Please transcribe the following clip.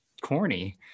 corny